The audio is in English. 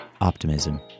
optimism